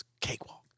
cakewalk